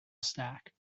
stack